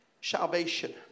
salvation